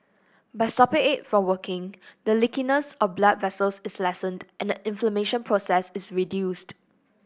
by stopping it for working the leakiness of blood vessels is lessened and the inflammation process is reduced